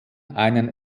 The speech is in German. einen